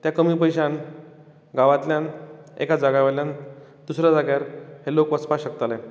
त्या कमी पयश्यान गांवांतल्याक एका जाग्या वयल्यान दुसऱ्या जाग्यार हें लोक वचपाक शकतले